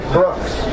Brooks